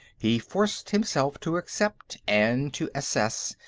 he forced himself to accept, and to assess,